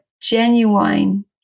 genuine